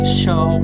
show